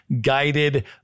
guided